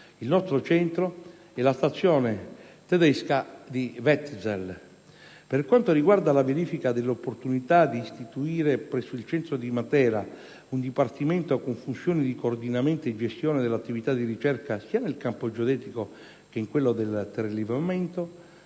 il nostro centro e la stazione tedesca di Wettzell. Per quanto riguarda la verifica dell'opportunità di istituire presso il Centro di Matera un dipartimento con funzioni di coordinamento e gestione dell'attività di ricerca sia nel campo geodetico che in quello del telerilevamento,